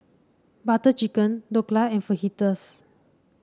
Butter Chicken Dhokla and Fajitas